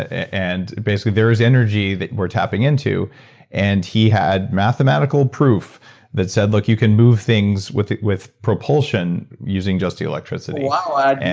and basically there's energy that we're tapping into and he had mathematical proof that said look, you can move things with with propulsion using just the electricity. wow. ah and